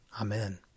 Amen